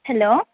hello